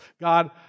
God